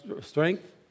strength